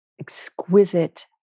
exquisite